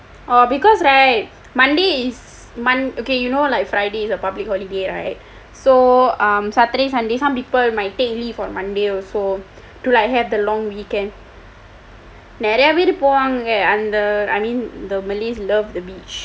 because right monday is monday ok you know like friday is a public holiday right so um saturday sunday some people might take leave on monday also to like have the long weekend நிறைய பேர் போவாங்க அந்த:niraiya peer poovaangka andtha I mean the malays love the beach